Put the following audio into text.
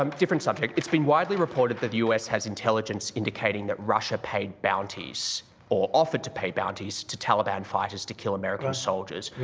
um different subject. it's been widely reported that the u s. has intelligence indicating that russia paid bounties or offered to pay bounties to taliban fighters to kill american soldiers.